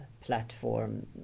platform